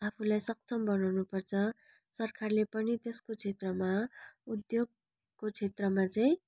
आफूलाई सक्षम बनाउनु पर्छ सरकारले पनि त्यसको क्षेत्रमा उद्योगको क्षेत्रमा चाहिँ